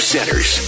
Centers